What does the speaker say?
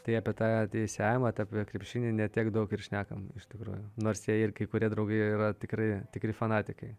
tai apie tą teisėjavimą tai apie krepšinį ne tiek daug ir šnekam iš tikrųjų nors jie ir kai kurie draugai yra tikrai tikri fanatikai